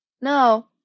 no